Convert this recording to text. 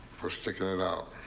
for sticking it out,